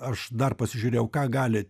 aš dar pasižiūrėjau ką gali